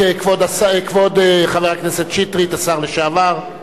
כבוד חבר הכנסת שטרית, השר לשעבר,